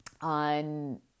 on